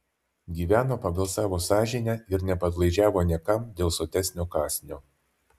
gyveno pagal savo sąžinę ir nepadlaižiavo niekam dėl sotesnio kąsnio